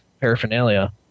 paraphernalia